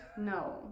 no